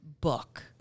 book